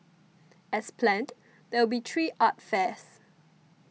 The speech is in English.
as planned there will be three art fairs